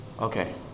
Okay